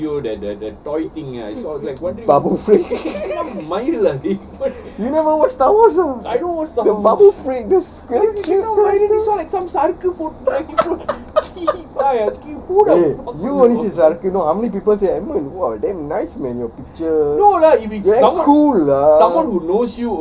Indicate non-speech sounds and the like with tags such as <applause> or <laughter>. <laughs> babufrik you never watch star wars ah the babufrik this very cute <laughs> eh you know this is சரக்கு:saraku how many people say edmund !wah! damn nice man your picture damn cool lah